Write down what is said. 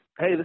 Hey